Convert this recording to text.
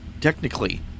technically